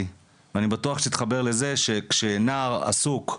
ואני בטוח שתתחבר לזה שכשנער עסוק,